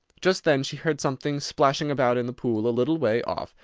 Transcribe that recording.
just then she heard something splashing about in the pool a little way off,